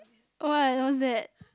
why what's that